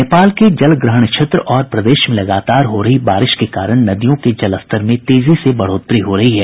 नेपाल के जलग्रहण क्षेत्र और प्रदेश में लगातार हो रही बारिश के कारण नदियों के जलस्तर में तेजी से बढ़ोतरी हो रही है